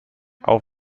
auch